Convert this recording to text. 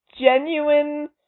genuine